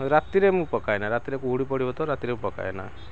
ରାତିରେ ମୁଁ ପକାଏନା ରାତିରେ କହୁଡ଼ି ପଡ଼ିବ ତ ରାତିରେ ପକାଏନା